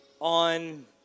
on